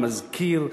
מזכיר,